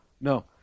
No